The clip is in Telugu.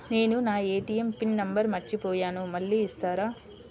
నేను నా ఏ.టీ.ఎం పిన్ నంబర్ మర్చిపోయాను మళ్ళీ ఇస్తారా?